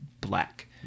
black